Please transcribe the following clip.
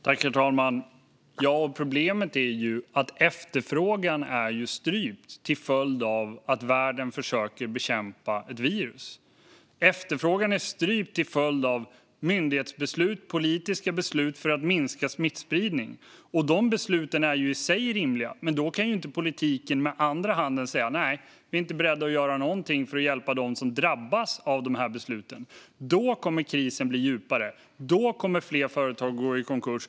Herr talman! Problemet är ju att efterfrågan är strypt till följd av att världen försöker bekämpa ett virus. Efterfrågan är strypt till följd av myndighetsbeslut och politiska beslut för att minska smittspridning. De besluten är i sig rimliga, men då måste politiken med andra handen hjälpa dem som drabbas av besluten i stället för att säga: Nej, vi är inte beredda att göra någonting. Annars kommer krisen att bli djupare, och fler företag kommer att gå i konkurs.